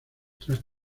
tras